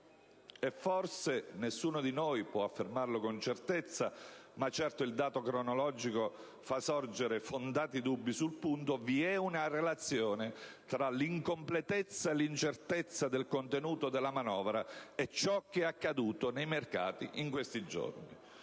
e forse - nessuno di noi può affermarlo con certezza, ma certo il dato cronologico fa sorgere fondati dubbi sul punto - vi è una relazione tra l'incompletezza e l'incertezza del contenuto della manovra e ciò che è accaduto nei mercati in questi giorni.